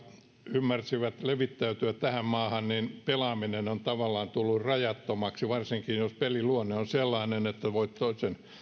ymmärsivät levittäytyä tähän maahan niin pelaaminen on tavallaan tullut rajattomaksi varsinkin jos pelin luonne on sellainen että voit toisen